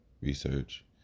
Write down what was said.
research